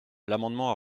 l’amendement